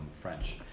French